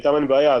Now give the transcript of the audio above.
איתם אין בעיה.